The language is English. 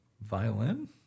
violin